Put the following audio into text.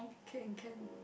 can can